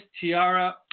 Tiara